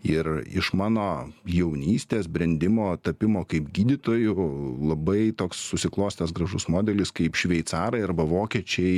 ir iš mano jaunystės brendimo tapimo kaip gydytoju labai toks susiklostęs gražus modelis kaip šveicarai arba vokiečiai